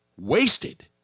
wasted